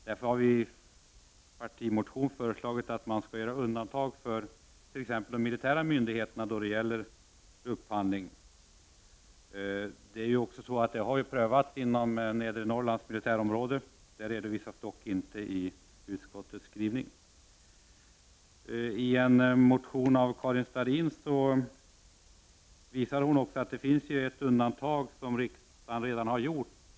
Därför har vi i vår partimotion föreslagit att undantag skall göras för de militära myndigheterna vad gäller upphandling. Detta har prövats inom nedre Norrlands militärområde, något som dock inte redovisas i utskottets skrivning. I en motion av Karin Starrin nämns ett undantag som riksdagen redan har gjort.